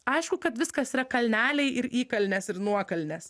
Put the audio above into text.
aišku kad viskas yra kalneliai ir įkalnės ir nuokalnės